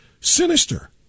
Sinister